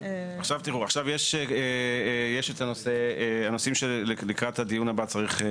הנושא של יש לתקן סעיף 36 לחוק הקיים שהוא מנגנון